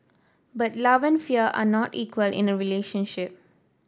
but love and fear are not equal in a relationship